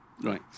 Right